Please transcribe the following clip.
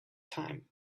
time